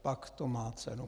Pak to má cenu.